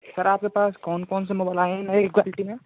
sir आपके पास कौन कौनसे मोबाईल आए हैं नई क्वालिटी में